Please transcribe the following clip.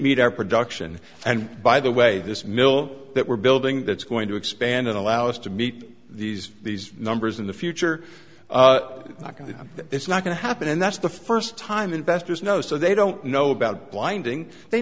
meet our production and by the way this mill that we're building that's going to expand and allow us to meet these these numbers in the future like that it's not going to happen and that's the first time investors know so they don't know about blinding they